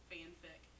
Fanfic